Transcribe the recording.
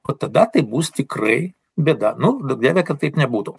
o tada tai bus tikrai bėda nu duok dieve kad taip nebūtų